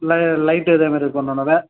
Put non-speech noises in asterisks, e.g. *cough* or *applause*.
light இதேமாதிரி *unintelligible*